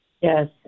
Yes